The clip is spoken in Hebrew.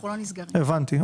בסדר.